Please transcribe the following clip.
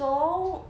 so